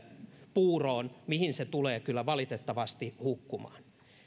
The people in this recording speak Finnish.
puuroon mihin se tulee kyllä valitettavasti hukkumaan